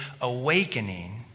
awakening